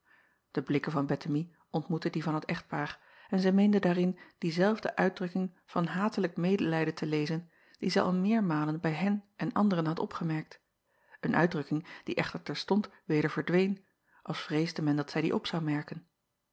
e blikken van ettemie ontmoetten die van het echtpaar en zij meende daarin diezelfde uitdrukking van hatelijk medelijden te lezen die zij al meermalen bij hen en anderen had opgemerkt een uitdrukking die echter terstond weder verdween als vreesde men dat zij die op zou merken